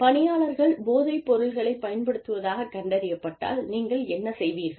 பணியாளர் கள் போதைப்பொருளைப் பயன்படுத்துவதாகக் கண்டறியப்பட்டால் நீங்கள் என்ன செய்வீர்கள்